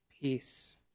peace